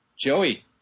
Joey